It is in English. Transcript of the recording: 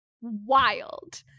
wild